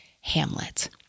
Hamlet